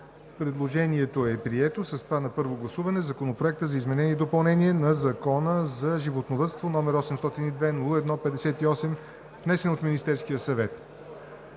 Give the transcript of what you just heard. Предложението е прието. С това на първо гласуване е приет Законопроект за изменение и допълнение на Закона за животновъдството, № 802-01-58, внесен от Министерския съвет.